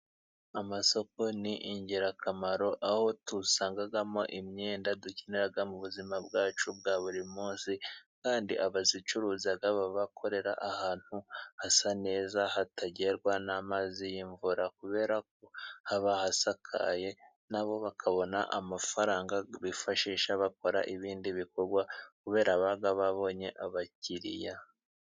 Amasoko ni ingirakamaro aho dusangamo imyenda dukenera mu buzima bwacu bwa buri munsi, kandi abayicuruza baba bakorera ahantu hasa neza hatagerwa n'amazi y'imvura, kubera ko haba hasakaye na bo bakabona amafaranga bifashisha bakora ibindi bikorwa kubera ko baba babonye abakiriya.